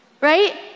right